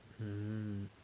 hmm